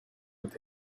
with